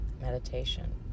meditation